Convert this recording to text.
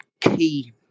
Key